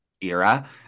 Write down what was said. era